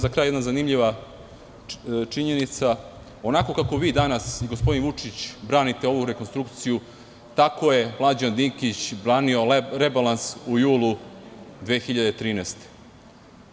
Za kraj jedna zanimljiva činjenica, onako kako vi danas i gospodin Vučić branite ovu rekonstrukciju, tako je Mlađan Dinkić branio rebalans u julu 2013. godine.